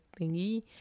thingy